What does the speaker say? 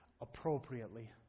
appropriately